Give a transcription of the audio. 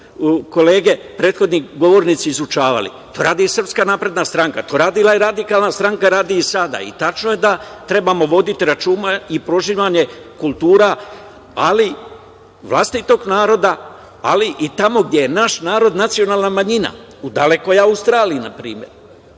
kolege prethodni govornici izučavali. To radi i SNS. To je radila i radikalna stranka, radi i sada. Tačno je da trebamo voditi računa i prožimanje kultura, ali vlastitog naroda, ali i tamo gde je naš narod nacionalna manjina, u dalekoj Australiji npr.